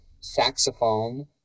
saxophone